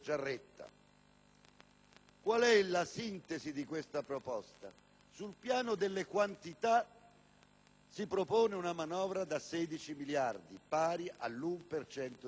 Qual è la sintesi di questa proposta? Sul piano delle quantità, si propone una manovra da 16 miliardi, pari all'1 per